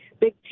Big